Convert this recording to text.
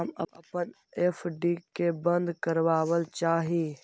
हम अपन एफ.डी के बंद करावल चाह ही